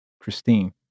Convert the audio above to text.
Christine